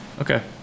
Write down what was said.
Okay